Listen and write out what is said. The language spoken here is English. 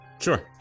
Sure